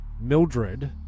Mildred